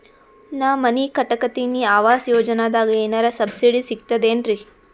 ನಾ ಮನಿ ಕಟಕತಿನಿ ಆವಾಸ್ ಯೋಜನದಾಗ ಏನರ ಸಬ್ಸಿಡಿ ಸಿಗ್ತದೇನ್ರಿ?